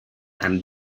and